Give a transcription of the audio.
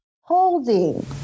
holding